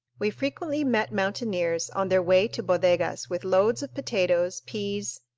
we frequently met mountaineers on their way to bodegas with loads of potatoes, peas,